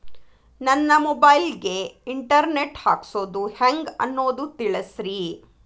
ನನ್ನ ಮೊಬೈಲ್ ಗೆ internet ಹಾಕ್ಸೋದು ಹೆಂಗ್ ಅನ್ನೋದು ತಿಳಸ್ರಿ